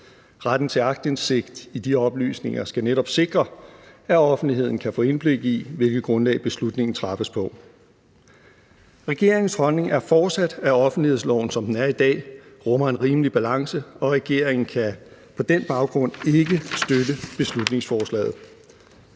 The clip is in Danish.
Retten til aktindsigt i de oplysninger skal netop sikre, at offentligheden kan få indblik i, hvilket grundlag beslutningen træffes på. Regeringens holdning er fortsat, at offentlighedsloven, som den er i dag, rummer en rimelig balance, og regeringen kan på den baggrund ikke støtte beslutningsforslaget.